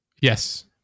Yes